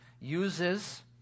uses